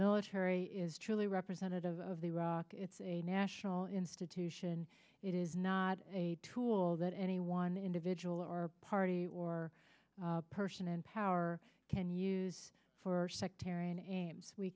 military is truly representative of the iraq it's a national institution it is not a tool that any one individual or party or person in power can use for sectarian aims we